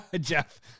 Jeff